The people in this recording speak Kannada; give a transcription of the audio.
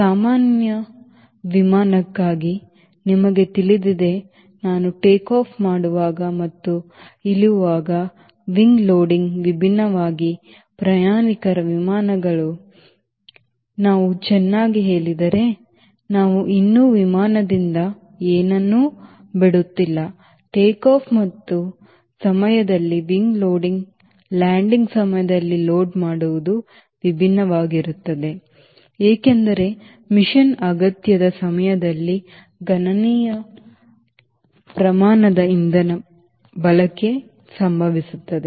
ಸಾಮಾನ್ಯ ವಿಮಾನಕ್ಕಾಗಿ ನಿಮಗೆ ತಿಳಿದಿದೆ ನಾನು ಟೇಕಾಫ್ ಮಾಡುವಾಗ ಮತ್ತು ನಾನು ಇಳಿಯುವಾಗ wing loading ವಿಭಿನ್ನವಾಗಿ ಪ್ರಯಾಣಿಕರ ವಿಮಾನಗಳು ನಾವು ಚೆನ್ನಾಗಿ ಹೇಳಿದರೆ ನಾವು ಇನ್ನೂ ವಿಮಾನದಿಂದ ಏನನ್ನೂ ಬಿಡುತ್ತಿಲ್ಲ ಟೇಕ್ಆಫ್ ಮತ್ತು ಸಮಯದಲ್ಲಿ wing loading ಲ್ಯಾಂಡಿಂಗ್ ಸಮಯದಲ್ಲಿ ಲೋಡ್ ಮಾಡುವುದು ವಿಭಿನ್ನವಾಗಿರುತ್ತದೆ ಏಕೆಂದರೆ ಮಿಷನ್ ಅಗತ್ಯದ ಸಮಯದಲ್ಲಿ ಗಣನೀಯ ಪ್ರಮಾಣದ ಇಂಧನ ಬಳಕೆ ಸಂಭವಿಸುತ್ತದೆ